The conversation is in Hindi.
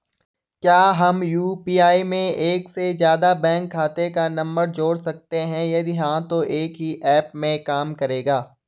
क्या हम यु.पी.आई में एक से ज़्यादा बैंक खाते का नम्बर जोड़ सकते हैं यदि हाँ तो एक ही ऐप में काम करेगा?